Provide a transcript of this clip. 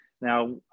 now